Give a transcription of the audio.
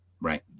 right